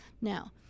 Now